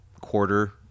quarter